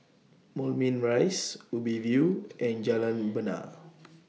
Moulmein Rise Ubi View and Jalan Bena